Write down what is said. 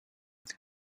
with